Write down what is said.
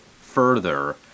further